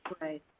Right